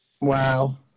Wow